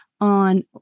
on